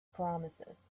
promises